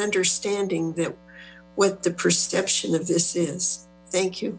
understanding that what the perception of this is thank you